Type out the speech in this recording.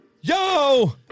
Yo